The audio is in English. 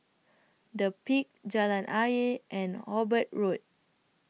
The Peak Jalan Ayer and Hobart Road